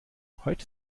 heute